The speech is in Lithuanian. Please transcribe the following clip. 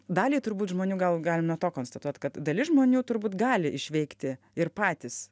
daliai turbūt žmonių gal galim nuo to konstatuot kad dalis žmonių turbūt gali išveikti ir patys